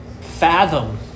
fathom